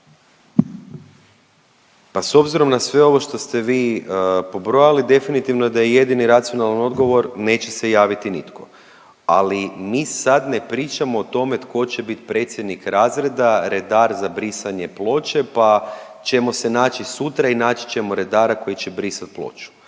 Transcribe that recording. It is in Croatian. Pa s obzirom na sve ovo što ste vi pobrojali, definitivno je da je jedini racionalni odgovor, neće se javiti nitko, ali mi sad ne pričamo o tome tko će biti predsjednik razreda, redar za brisanje ploče pa ćemo se naći sutra i naći ćemo redara koji će brisati ploču.